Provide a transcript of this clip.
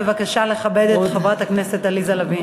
בבקשה לכבד את חברת הכנסת עליזה לביא.